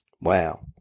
Wow